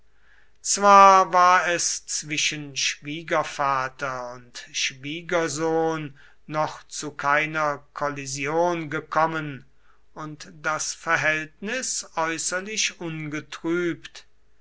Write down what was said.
zwar war es zwischen schwiegervater und schwiegersohn noch zu keiner kollision gekommen und das verhältnis äußerlich ungetrübt